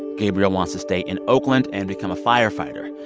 gabriel wants to stay in oakland and become a firefighter.